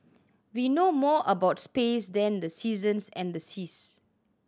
we know more about space than the seasons and the seas